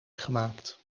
gemaakt